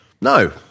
no